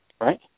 right